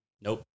Nope